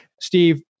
Steve